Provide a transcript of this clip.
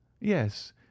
yes